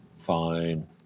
Fine